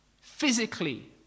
physically